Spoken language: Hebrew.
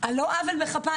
על לא עוול בכפה.